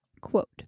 quote